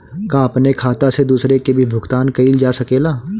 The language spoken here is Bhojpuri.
का अपने खाता से दूसरे के भी भुगतान कइल जा सके ला?